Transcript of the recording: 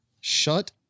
Shut